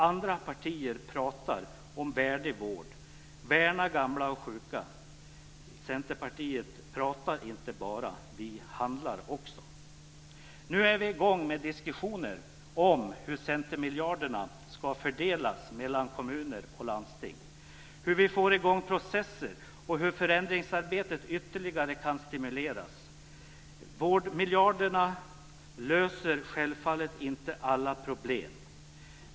Andra partier talar om värdig vård, om att värna gamla och sjuka. I Centerpartiet talar vi inte bara, utan vi handlar också. Nu har vi kommit i gång med diskussioner om hur centermiljarderna ska fördelas mellan kommuner och landsting, om hur vi får i gång processer och hur förändringsarbetet ytterligare kan stimuleras. Vårdmiljarderna löser självfallet inte alla problem.